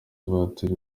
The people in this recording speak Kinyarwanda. ivatiri